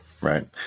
Right